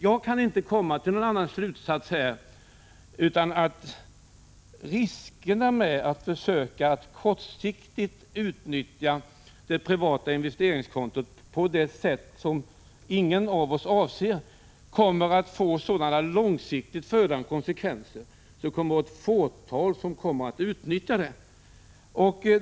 Jag kan inte dra någon annan slutsats än att riskerna med att försöka att kortsiktigt använda det privata investeringskontot på det sätt som ingen av oss avser kommer att få sådana långsiktiga konsekvenser att ett fåtal kommer att utnyttja kontot på detta vis.